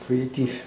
creative